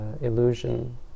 illusion